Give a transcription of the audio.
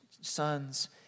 sons